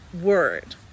word